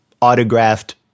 autographed